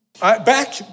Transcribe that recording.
back